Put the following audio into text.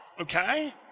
okay